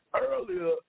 earlier